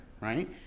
right